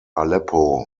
aleppo